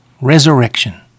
Resurrection